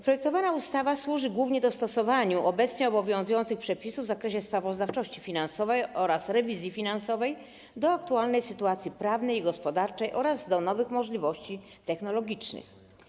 Projektowana ustawa służy głównie dostosowaniu obecnie obowiązujących przepisów w zakresie sprawozdawczości finansowej oraz rewizji finansowej do aktualnej sytuacji prawnej i gospodarczej oraz do nowych możliwości technologicznych.